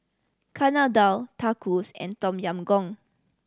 Chana Dal Tacos and Tom Yam Goong